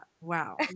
Wow